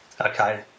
Okay